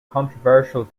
controversial